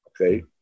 okay